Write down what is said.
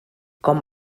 com